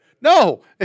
No